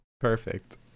perfect